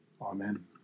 Amen